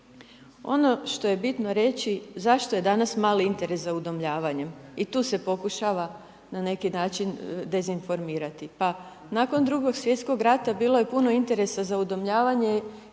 Ono što je bitno reći, zašto je danas mali interes za udomljavanjem, i tu se pokušava na neki način dezinformirati. Pa nakon II. Svjetskog rata bilo je puno interesa za udomljavanje